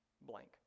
blank